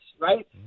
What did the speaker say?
right